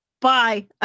bye